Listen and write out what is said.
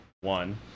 One